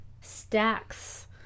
stacks